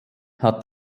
hat